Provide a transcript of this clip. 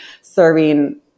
serving